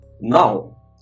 now